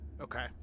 Okay